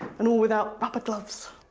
and all without rubber gloves.